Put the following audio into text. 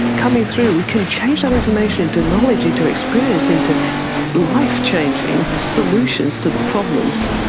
coming through, can change that information into knowledge, into experience, into life-changing solutions to the problems.